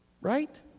Right